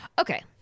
Okay